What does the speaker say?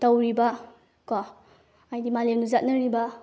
ꯇꯧꯔꯤꯕ ꯀꯣ ꯍꯥꯏꯗꯤ ꯃꯥꯂꯦꯝꯗ ꯆꯠꯅꯔꯤꯕ